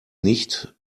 nicht